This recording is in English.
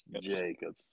Jacobs